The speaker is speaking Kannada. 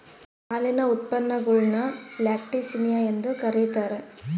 ಹಾಲಿನ ಉತ್ಪನ್ನಗುಳ್ನ ಲ್ಯಾಕ್ಟಿಸಿನಿಯ ಎಂದು ಕರೀತಾರ